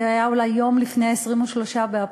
זה היה אולי יום לפני 23 באפריל,